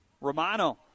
Romano